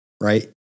Right